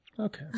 Okay